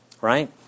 right